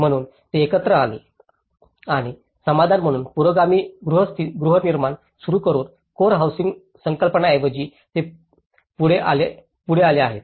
म्हणूनच ते एकत्र आले आहेत आणि समाधान म्हणून पुरोगामी गृहनिर्माण सुरू करून कोर हाऊसिंग संकल्पनाऐवजी ते पुढे आले आहेत